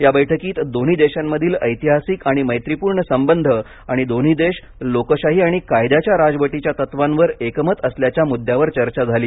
या बैठकीत दोन्ही देशांमधील ऐतिहासिक आणि मैत्रीपूर्ण संबध आणि दोन्ही देश लोकशाही आणि कायद्याच्या राजवटीच्या तत्त्वांवर एकमत असल्याच्या मुद्द्यावर चर्चा झाली